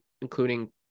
including